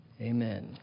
Amen